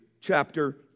chapter